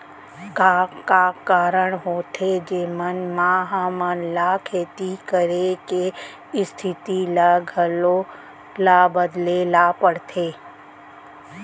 का का कारण होथे जेमन मा हमन ला खेती करे के स्तिथि ला घलो ला बदले ला पड़थे?